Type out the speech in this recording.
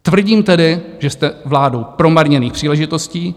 Tvrdím tedy, že jste vládou promarněných příležitostí.